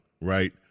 right